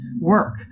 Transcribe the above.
work